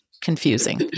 confusing